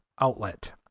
outlet